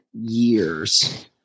years